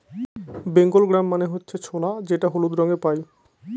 Bengal gram মানে হচ্ছে ছোলা যেটা হলুদ রঙে পাই